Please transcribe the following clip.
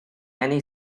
many